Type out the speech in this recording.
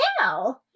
Now